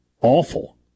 awful